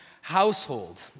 household